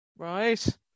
Right